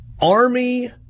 Army